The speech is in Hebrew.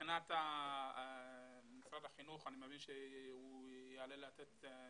מבחינת משרד החינוך אני מבין שהוא יעלה לתת